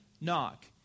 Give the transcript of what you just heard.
knock